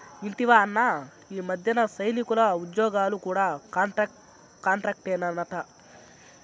ఇంటివా అన్నా, ఈ మధ్యన సైనికుల ఉజ్జోగాలు కూడా కాంట్రాక్టేనట